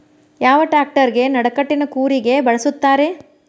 ಯಾವ ಟ್ರ್ಯಾಕ್ಟರಗೆ ನಡಕಟ್ಟಿನ ಕೂರಿಗೆ ಬಳಸುತ್ತಾರೆ?